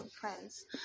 friends